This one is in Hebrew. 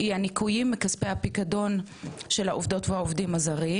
היא הניכויים מכספי הפיקדון של העובדות והעובדים הזרים.